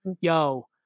yo